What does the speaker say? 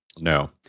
No